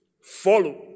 follow